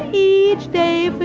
each day but